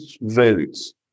values